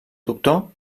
doctor